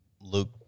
Luke